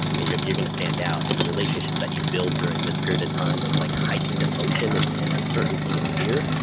and you're you're gonna stand out, and the relationships that you build during this period of time of like heightened emotion and and uncertainty and fear,